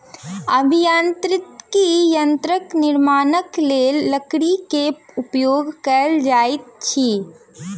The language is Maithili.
अभियांत्रिकी यंत्रक निर्माणक लेल लकड़ी के उपयोग कयल जाइत अछि